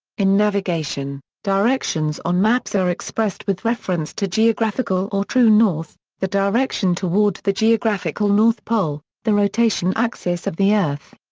in navigation, directions on maps are expressed with reference to geographical or true north, the direction toward the geographical north pole, the rotation axis of the earth.